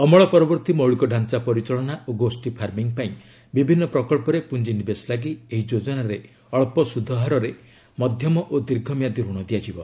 ଅମଳ ପରବର୍ତ୍ତୀ ମୌଳିକ ଢାଞ୍ଚା ପରିଚାଳନା ଓ ଗୋଷୀ ଫାର୍ମିଂ ପାଇଁ ବିଭିନ୍ନ ପ୍ରକଳ୍ପରେ ପୁଞ୍ଜିନିବେଶ ଲାଗି ଏହି ଯେଜାନାରେ ଅଳ୍ପ ସୁଧହାରରେ ମଧ୍ୟମ ଓ ଦୀର୍ଘ ମିଆଦି ରଣ ଦିଆଯିବ